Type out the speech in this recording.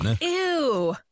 Ew